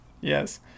Yes